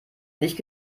nicht